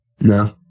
No